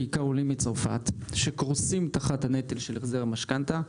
בעיקר עולים מצרפת שקורסים תחת הנטל של החזר המשכנתא.